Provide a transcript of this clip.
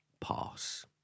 pass